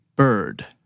Bird